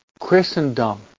Christendom